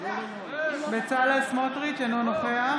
אינו נוכח